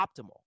optimal